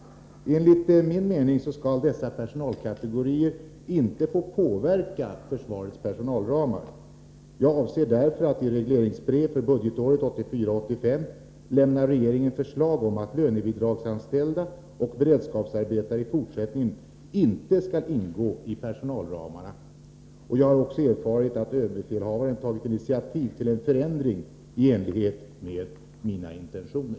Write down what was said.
Enligt min mening skall dessa personalkategorier inte få påverka försvarets personalramar. Jag avser därför att i regleringsbrevet för budgetåret 1984/85 lämna regeringen förslag om att lönebidragsanställda och beredskapsarbetare i fortsättningen inte skall ingå i personalramarna. Jag har också erfarit att överbefälhavaren tagit initiativ till en förändring i enlighet med mina intentioner.